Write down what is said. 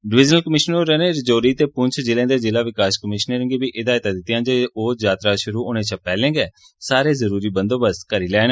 divisional commissioner होरें राजौरी ते पुंछ जिले दे जिला विकास कमीशनरें गी हिदायतां दितियां जे ओ यात्रा श्रु होने शा पैहले सारे जरुरी बंदोबस्त करि लैन